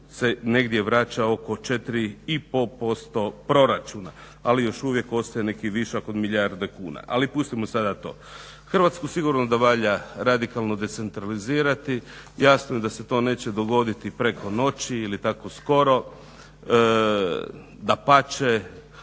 onda se negdje vraća oko 4,5% proračuna, ali još uvijek ostaje neki višak od milijarde kuna. Ali pustimo sada ta. Hrvatsku sigurno da valja radikalno decentralizirati. Jasno je da se to neće dogoditi preko noći ili tako skoro. Dapače,